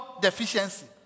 deficiency